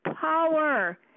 power